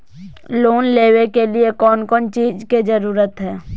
Loan लेबे के लिए कौन कौन चीज के जरूरत है?